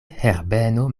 herbeno